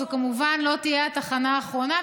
זו כמובן לא תהיה התחנה האחרונה,